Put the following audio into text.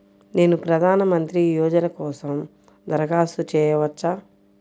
నేను ప్రధాన మంత్రి యోజన కోసం దరఖాస్తు చేయవచ్చా?